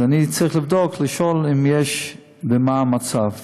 אז אני צריך לבדוק אם יש ומה המצב.